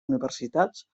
universitats